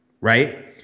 right